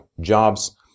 jobs